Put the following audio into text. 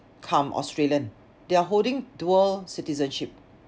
cum australian they're holding dual citizenship